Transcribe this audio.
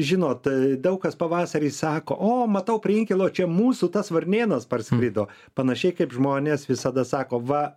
žinot daug kas pavasarį sako o matau prie inkilo čia mūsų tas varnėnas parskrido panašiai kaip žmonės visada sako va